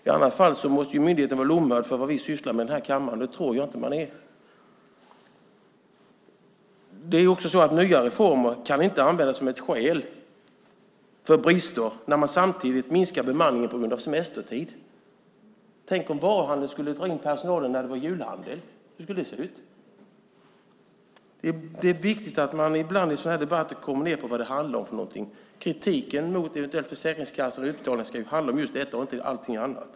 I annat fall måste myndigheten vara lomhörd för vad vi sysslar med i den här kammaren, och det tror jag inte att man är. Det är också så att nya reformer inte kan användas som ett skäl för brister när man samtidigt minskar bemanningen på grund av semestertid. Tänk om varuhandeln skulle dra in personalen när det var julhandel! Hur skulle det se ut? Det är viktigt att man ibland i sådana här debatter kommer ned till vad det handlar om. Den eventuella kritiken mot Försäkringskassan och utbetalningarna ska ju handla om just detta och inte om allting annat.